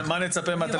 מה נצפה מהתלמידים?